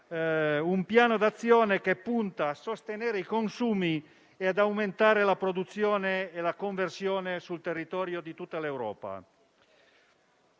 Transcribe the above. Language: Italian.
un piano d'azione che punta a sostenere i consumi e ad aumentare la produzione e la conversione sul territorio di tutta l'Europa.